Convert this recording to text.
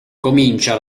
comincia